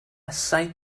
sight